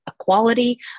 equality